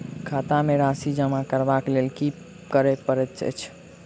खाता मे राशि जमा करबाक लेल की करै पड़तै अछि?